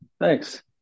Thanks